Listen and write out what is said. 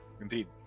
Indeed